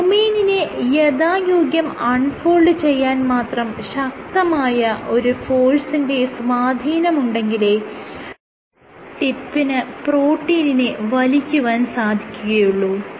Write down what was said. ഡൊമെയ്നിനെ യഥായോഗ്യം unfold ചെയ്യാൻ മാത്രം ശക്തമായ ഒരു ഫോഴ്സിന്റെ സ്വാധീനമുണ്ടെങ്കിലേ ടിപ്പിന് പ്രോട്ടീനിനെ വലിക്കുവാൻ സാധിക്കുകയുള്ളൂ